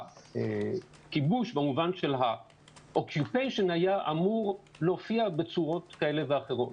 הכיבוש במובן של akupation היה אמור להופיע בצורות כאלה ואחרות.